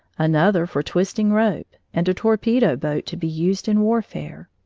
another for twisting rope, and a torpedo boat to be used in warfare.